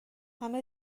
همه